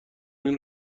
این